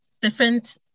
different